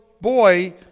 boy